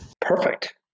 Perfect